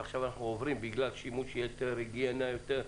ועכשיו אנחנו עוברים בגלל שמירת ההגינה היתרה.